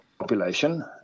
population